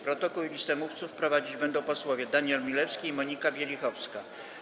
Protokół i listę mówców prowadzić będą posłowie Daniel Milewski i Monika Wielichowska.